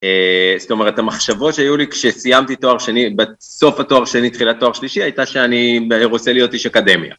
זאת אומרת, המחשבות שהיו לי כשסיימתי תואר שני, בסוף התואר שני, תחילת תואר שלישי, הייתה שאני רוצה להיות איש אקדמיה.